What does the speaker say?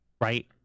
Right